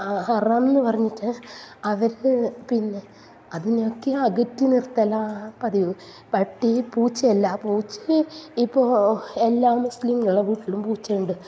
ഹറാംന്ന് പറഞ്ഞിട്ട് അവർ പിന്നെ അതിനെയൊക്കെ അകറ്റി നിർത്തലാണ് പതിവ് പട്ടി പൂച്ചയല്ല പൂച്ച ഇപ്പോൾ എല്ലാ മുസ്ലീങ്ങളുടെ വീട്ടിലും പൂച്ചയുണ്ട്